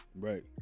right